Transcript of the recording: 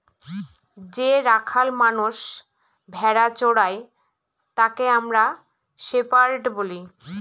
যে রাখাল মানষ ভেড়া চোরাই তাকে আমরা শেপার্ড বলি